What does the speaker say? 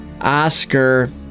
Oscar